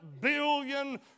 billion